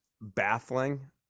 baffling